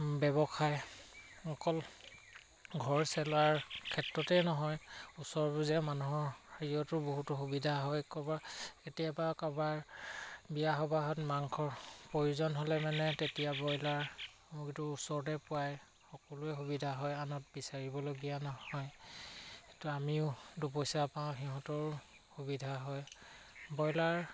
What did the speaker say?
ব্যৱসায় অকল ঘৰ চলোৱাৰ ক্ষেত্ৰতেই নহয় ওচৰ পাজৰৰ মানুহৰ হেৰিয়তো বহুতো সুবিধা হয় ক'বাৰ কেতিয়াবা ক'বাৰ বিয়া সবাহত মাংসৰ প্ৰয়োজন হ'লে মানে তেতিয়া ব্ৰইলাৰ ওচৰতে পায় সকলোৱে সুবিধা হয় আনত বিচাৰিবলগীয়া নহয় ত আমিও দুপইচা পাওঁ সিহঁতৰো সুবিধা হয় ব্ৰইলাৰ